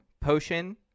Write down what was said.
potion